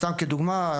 סתם כדוגמא,